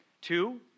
Two